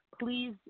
Please